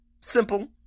Simple